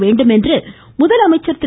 வேண்டும் என்று முதலமைச்சா் திரு